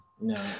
No